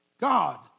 God